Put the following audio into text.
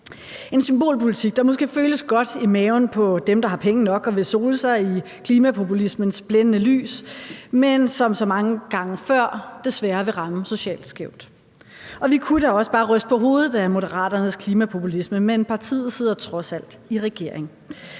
en symbolpolitik, der måske føles godt i maven på dem, der har penge nok, og som vil sole sig i klimapopulismens blændende lys, men som så mange gange før desværre vil ramme socialt skævt. Og vi kunne da også bare ryste på hovedet af Moderaternes klimapopulisme, men partiet sidder trods alt i regering.